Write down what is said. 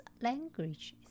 languages